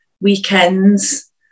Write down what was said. weekends